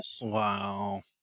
wow